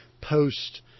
post